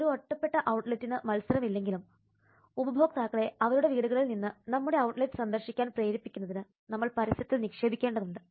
ഒരു ഒറ്റപ്പെട്ട ഔട്ട്ലെറ്റിന് മത്സരമില്ലെങ്കിലും ഉപഭോക്താക്കളെ അവരുടെ വീടുകളിൽ നിന്ന് നമ്മുടെ ഔട്ട്ലെറ്റ് സന്ദർശിക്കാൻ പ്രേരിപ്പിക്കുന്നതിന് നമ്മൾ പരസ്യത്തിൽ നിക്ഷേപിക്കേണ്ടതുണ്ട്